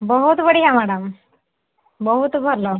ବହୁତ ବଢ଼ିଆ ମାଡ଼ାମ୍ ବହୁତ ଭଲ